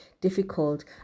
difficult